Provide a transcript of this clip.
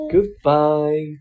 Goodbye